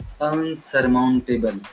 unsurmountable